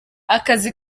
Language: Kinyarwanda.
akazi